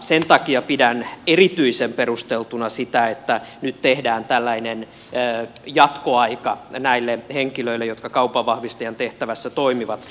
sen takia pidän erityisen perusteltuna sitä että nyt tehdään tällainen jatkoaika näille henkilöille jotka kaupanvahvistajan tehtävässä toimivat